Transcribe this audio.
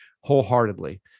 wholeheartedly